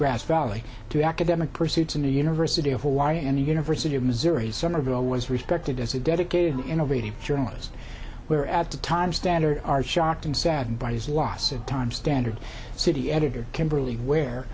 grass valley to academic pursuits in the university of hawaii and the university of missouri somerville was respected as a dedicated and innovative journalist where at the time standard are shocked and saddened by his loss of time standard city editor kimberly where